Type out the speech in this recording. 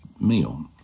meal